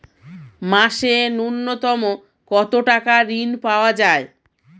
মাসে নূন্যতম কত টাকা ঋণ পাওয়া য়ায়?